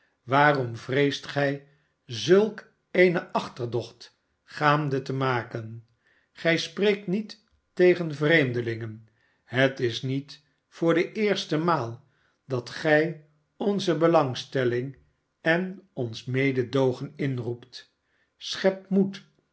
waarom vreest gij zulk eene achterdocht gaande te maken gij spreekt niet tegen vreemdelingen het is niet voor de eerste raaal dat gij onze belangstelling en ons mededoogen inroept schep moed